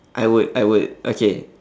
I would I would okay